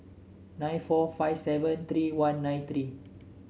nine four five seven three one nine three